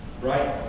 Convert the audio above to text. Right